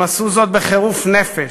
הם עשו זאת בחירוף נפש,